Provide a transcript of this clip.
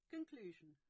Conclusion